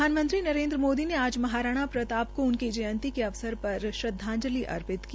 प्रधानमंत्री नरेन्द्र मोदी ने आज महाराणा प्रता को उनकी जयंती के अवसर प्रर उन्हें श्रद्वाजंलि अर्पित की